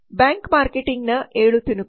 bank ಮಾರ್ಕೆಟಿಂಗ್ನ 7 ತುಣುಕು